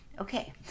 Okay